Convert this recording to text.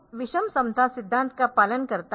तो यह विषम समता सिद्धांत का पालन करता है